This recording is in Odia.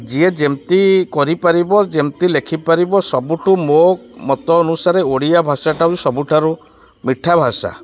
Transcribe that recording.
ଯିଏ ଯେମିତି କରିପାରିବ ଯେମିତି ଲେଖିପାରିବ ସବୁଠୁ ମୋ ମତ ଅନୁସାରେ ଓଡ଼ିଆ ଭାଷାଟା ବି ସବୁଠାରୁ ମିଠା ଭାଷା